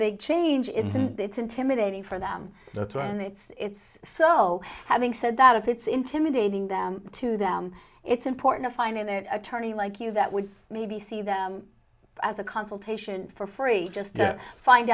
big change in it's intimidating for them and it's so having said that if it's intimidating them to them it's important to find them an attorney like you that would maybe see them as a consultation for free just to find